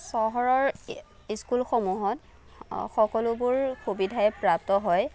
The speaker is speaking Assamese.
চহৰৰ ইস্কুলসমূহত সকলোবোৰ সুবিধাই প্ৰাপ্ত হয়